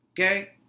Okay